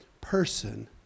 person